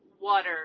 water